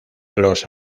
los